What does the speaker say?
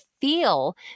feel